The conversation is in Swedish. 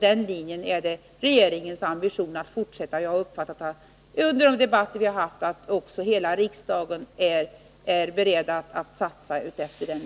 Det är regeringens ambition att fortsätta på den vägen, och jag har, under de debatter vi haft, uppfattat att Nr 52 hela riksdagen är beredd att satsa på den linjen.